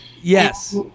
Yes